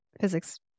physics